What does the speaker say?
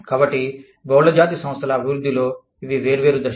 కాబట్టి బహుళజాతి సంస్థల అభివృద్ధిలో ఇవి వేర్వేరు దశలు